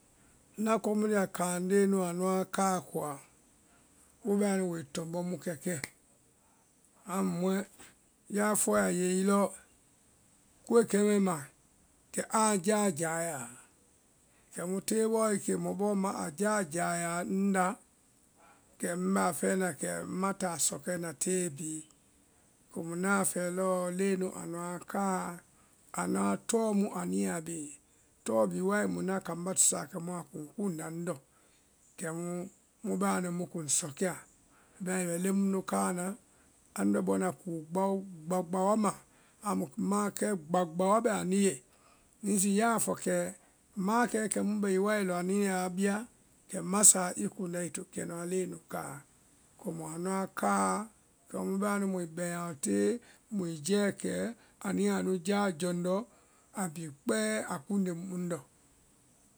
ŋna ko mu lia kaŋleŋɛ nu anuã kaa koa, wo bɛa nu woi tɔmbɔ mu kɛ kɛ, amu mɔɛ yaa fɔe a ye i lɔ koe kɛmɛ ma kɛ aa ja jayáa, kɛmu tee bɔ i kee mɔ bɔɔ ma a jaa jaya ŋndáa. kɛ ŋbɛ a fɛɛ na kɛ ŋma ta sɔkɛna tee bée, komu ŋna fɛɛ lɔɔ leenu anuĩ kaa anuã tɔɔ mu anuĩ a bee, tɔɔ bee wai mu ŋ kambá tusaa kɛmu a kuŋ kuŋnda ŋlɔ kɛmu mu bɛa nu kuŋ sɔ kɛa, bɛimaã i bɛ leŋ mu nu kaa na anu bɛ bɔna ku bao gba gba ma amu maãkɛ gba gba wa bɛ anu ye, hiŋi zii ya a fɔ kɛ maãkɛɛ kɛ mu bɛ i wai lɔ anu yaa wa bia, kɛ ŋma sáa i kuŋnda i to kɛnuã leenu kaa, komu anuã kaa kɛmu mu bɛa nu muĩ bɛŋ a lɔ tee, nuĩ jɛɛkɛ anu ya anu jaa jɔndɔ, abee kpɛɛ a kuŋnde mu ŋ ndɔ.